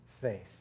faith